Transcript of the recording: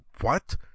What